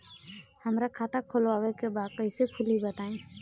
हमरा खाता खोलवावे के बा कइसे खुली बताईं?